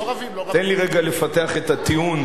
תן לי רגע לפתח את הטיעון,